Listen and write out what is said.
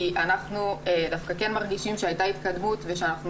כי אנחנו דווקא כן מרגישים שהיתה התקדמות ושאנחנו